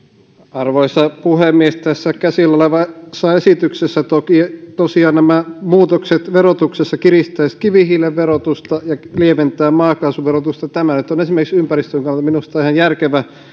arvoisa puhemies tässä käsillä olevassa esityksessä toki tosiaan nämä muutokset verotuksessa kiristäisivät kivihiilen verotusta ja lieventäisivät maakaasuverotusta tämä nyt on esimerkiksi ympäristön kannalta minusta ihan järkevä